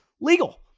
legal